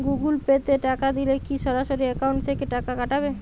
Google Pay তে টাকা দিলে কি সরাসরি অ্যাকাউন্ট থেকে টাকা কাটাবে?